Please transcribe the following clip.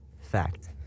fact